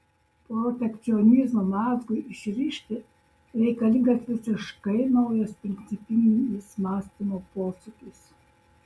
protekcionizmo mazgui išrišti reikalingas visiškai naujas principinis mąstymo posūkis